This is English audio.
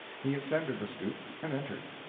he ascended the stoop, and entered.